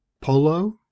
Polo